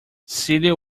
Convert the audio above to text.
celia